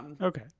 Okay